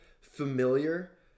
familiar